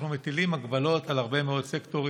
אנחנו מטילים הגבלות על הרבה מאוד סקטורים.